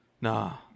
Nah